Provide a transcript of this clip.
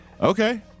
Okay